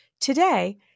Today